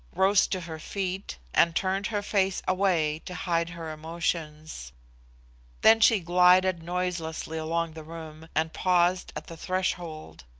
rose to her feet, and turned her face away to hide her emotions then she glided noiselessly along the room, and paused at the threshold.